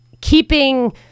keeping